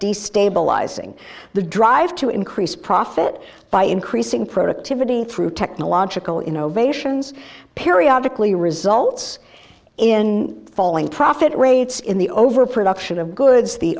destabilizing the drive to increase profit by increasing productivity through technological innovations periodic lee results in falling profit rates in the overproduction of goods the